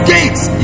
Gates